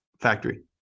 factory